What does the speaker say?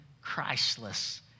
Christless